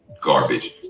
garbage